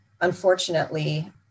unfortunately